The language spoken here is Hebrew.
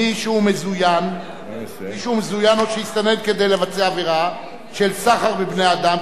מי שהוא מזוין או שהסתנן כדי לבצע עבירה של סחר בבני-אדם,